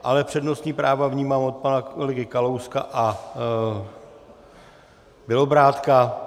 Ale přednostní práva vnímám od pana kolegy Kalouska a Bělobrádka.